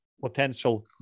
potential